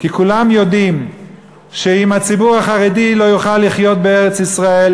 כי כולם יודעים שאם הציבור החרדי לא יוכל לחיות בארץ-ישראל,